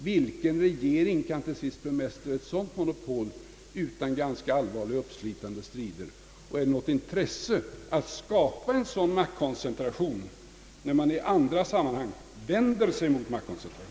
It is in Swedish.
Vilken regering kan till sist bemästra ett sådant monopol utan uppslitande strider? Och är det något intresse att skapa en sådan maktkoncentration, när man i andra sammanhang vänder sig emot maktkoncentration?